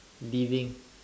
living